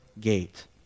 gate